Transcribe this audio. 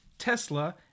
Tesla